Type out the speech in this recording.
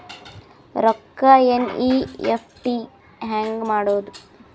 ರೊಕ್ಕ ಎನ್.ಇ.ಎಫ್.ಟಿ ಹ್ಯಾಂಗ್ ಮಾಡುವುದು?